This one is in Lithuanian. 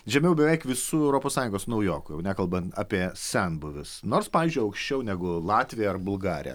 žemiau beveik visų europos sąjungos naujokų jau nekalbant apie senbuvius nors pavyzdžiui aukščiau negu latvija ar bulgarija